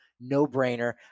no-brainer